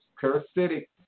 parasitic